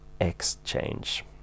exchange